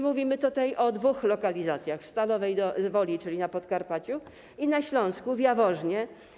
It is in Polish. Mówimy tutaj o dwóch lokalizacjach: w Stalowej Woli, czyli na Podkarpaciu, i na Śląsku w Jaworznie.